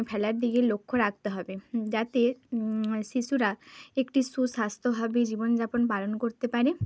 ফেলার দিকে লক্ষ্য রাকতে হবে যাতে শিশুরা একটি সুস্বাস্থভাবে জীবনযাপন পালন করতে পারে